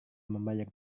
membayar